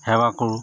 সেৱা কৰোঁ